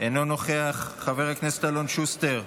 אינו נוכח, חבר הכנסת אלון שוסטר,